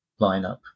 lineup